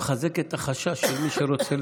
את מחזקת את החשש של מי שרוצה,